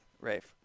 Rafe